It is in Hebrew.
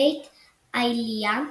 בית איליה,